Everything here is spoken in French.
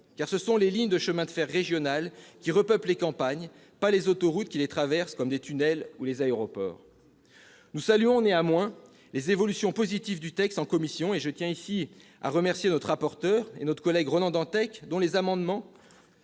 Car ce sont les lignes de chemin de fer régionales qui repeuplent les campagnes, pas les autoroutes, qui les traversent comme des tunnels, ou les aéroports. Nous saluons néanmoins les évolutions positives du texte en commission, et je tiens ici à remercier notre rapporteur et notre collègue Ronan Dantec, dont les amendements